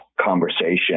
conversation